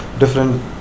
Different